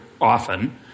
often